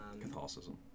Catholicism